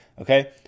okay